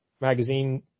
magazine